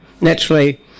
naturally